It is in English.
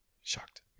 shocked